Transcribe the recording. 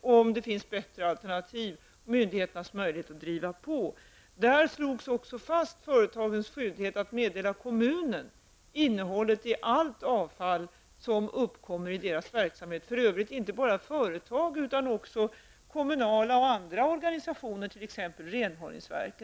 om det finns bättre alternativ. Myndigheterna har också möjlighet att driva på. Där slogs också fast att företagen har skyldighet att meddela kommunen innehållet i allt avfall som uppkommer i deras verksamhet -- för övrigt gäller det inte bara företag, utan också kommunala och andra organisationer, t.ex. renhållningsverken.